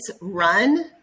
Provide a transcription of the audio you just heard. run